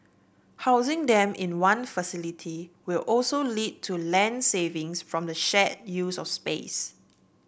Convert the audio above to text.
housing them in one facility will also lead to land savings from the shared use of space